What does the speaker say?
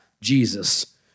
Jesus